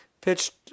pitched